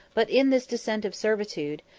but in this descent of servitude,